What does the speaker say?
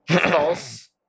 false